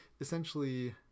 essentially